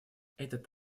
этот